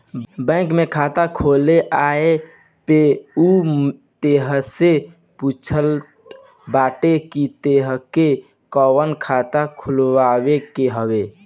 bank में खाता खोले आए पअ उ तोहसे पूछत बाटे की तोहके कवन खाता खोलवावे के हवे